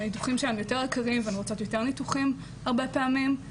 שהניתוחים שלהן יותר יקרים והן רוצות יותר ניתוחים הרבה פעמים.